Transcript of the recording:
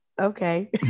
okay